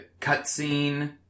cutscene